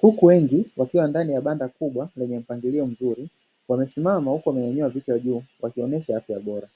Kuku wengi wakiwa ndani ya banda kubwa lenye mpangilio mzuri, wamesimama huku wamenyanyua vichwa juu wakionesha afya bora.